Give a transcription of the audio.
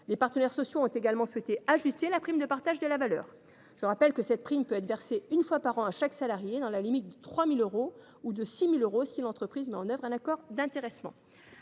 Les partenaires sociaux ont également souhaité ajuster la prime de partage de la valeur. Je rappelle que cette prime peut être versée une fois par an à chaque salarié dans la limite de 3 000 euros ou, si l’entreprise met en œuvre un accord d’intéressement,